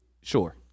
Sure